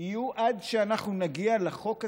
יהיו עד שאנחנו נגיע לחוק הזה,